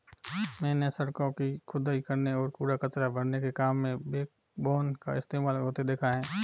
मैंने सड़कों की खुदाई करने और कूड़ा कचरा भरने के काम में बैकबोन का इस्तेमाल होते देखा है